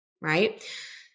right